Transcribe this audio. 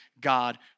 God